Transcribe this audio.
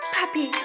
Puppy